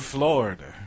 Florida